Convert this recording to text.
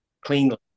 cleanly